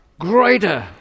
greater